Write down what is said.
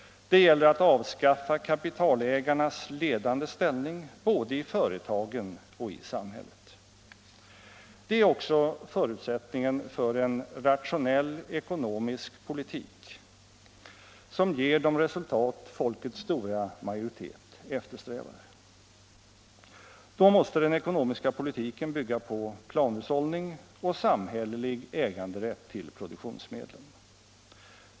Det gäller att avskaffa kapitalägarnas ledande ställning både i företagen och i samhället. Det är också förutsättningen för en rationell ekonomisk politik, som ger de resultat folkets stora majoritet eftersträvar. Då måste den ekonomiska politiken bygga på planhushållning och samhällelig äganderätt till produktionsmedlen.